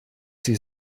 sie